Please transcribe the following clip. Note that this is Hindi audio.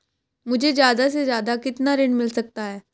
मुझे ज्यादा से ज्यादा कितना ऋण मिल सकता है?